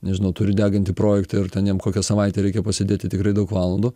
nežinau turi degantį projektą ir ten jam kokią savaitę reikia pasėdėti tikrai daug valandų